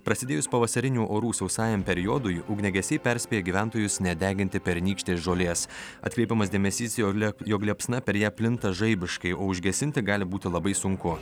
prasidėjus pavasarinių orų sausajam periodui ugniagesiai perspėja gyventojus nedeginti pernykštės žolės atkreipiamas dėmesys jole jog liepsna per ją plinta žaibiškai o užgesinti gali būti labai sunku